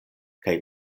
kaj